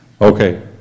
Okay